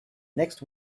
next